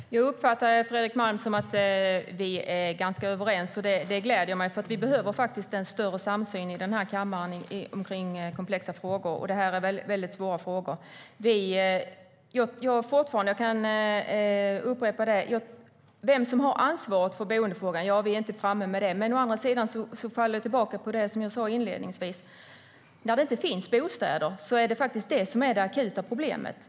Herr talman! Jag uppfattar det som att Fredrik Malm och jag är ganska överens. Det gläder mig, för vi behöver en större samsyn i den här kammaren i komplexa frågor som dessa. Vem som har ansvaret för boendefrågan har vi ännu inte tagit definitiv ställning till, men detta faller ändå tillbaka på det jag sa inledningsvis, nämligen att där det inte finns bostäder är det detta som är det akuta problemet.